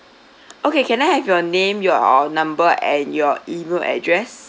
okay can I have your name your number and your E-mail address